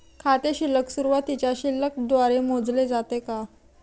खाते शिल्लक सुरुवातीच्या शिल्लक द्वारे मोजले जाते का?